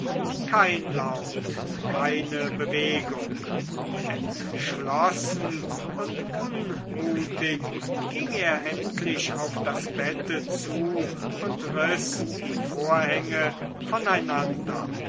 kein laut keine bewegung entschlossen und unmutig ging er endlich auf das bett zu und riß die vorhänge voneinander